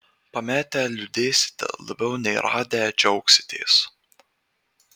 pametę liūdėsite labiau nei radę džiaugsitės